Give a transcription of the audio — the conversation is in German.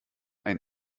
ein